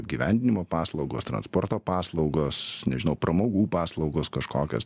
apgyvendinimo paslaugos transporto paslaugos nežinau pramogų paslaugos kažkokios